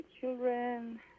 children